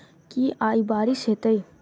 की आय बारिश हेतै?